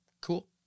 Cool